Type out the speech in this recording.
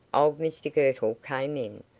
old mr girtle came in,